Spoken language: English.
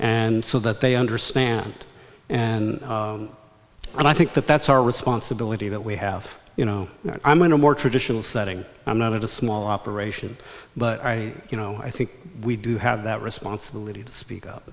and so that they understand and i think that that's our responsibility that we have you know i'm going to more traditional setting i'm not a small operation but i you know i think we do have that responsibility to speak up